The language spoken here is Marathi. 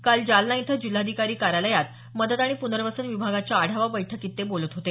काल जालना इथं जिल्हाधिकारी कार्यालयात मदत आणि प्नर्वसन विभागाच्या आढावा बैठकीत ते बोलत होते